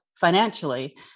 financially